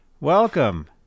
Welcome